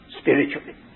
Spiritually